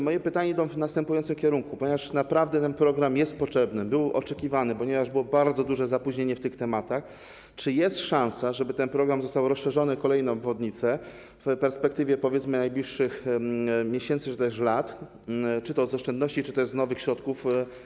Moje pytania idą w następującym kierunku, ponieważ naprawdę ten program jest potrzebny, był oczekiwany, ponieważ było bardzo duże zapóźnienie: Czy jest szansa, żeby został on rozszerzony o kolejne obwodnice w perspektywie, powiedzmy, najbliższych miesięcy czy też lat czy to z oszczędności, czy też z nowych środków?